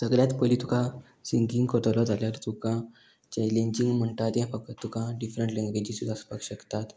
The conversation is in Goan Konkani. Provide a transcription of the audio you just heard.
सगल्यात पयलीं तुका सिंगींग कोरतोलो जाल्यार तुका चॅलेंजींग म्हणटा तें फक्त तुका डिफरंट लँग्वेजीसूय आसपाक शकतात